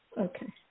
Okay